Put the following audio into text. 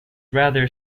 rather